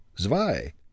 Zwei